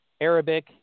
Arabic